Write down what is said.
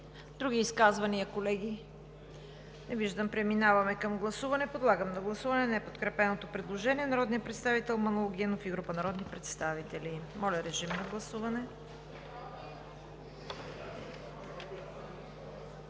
Други изказвания, колеги? Не виждам. Преминаваме към гласуване. Подлагам на гласуване неподкрепеното предложение на народния представител Манол Генов и група народни представители. Гласували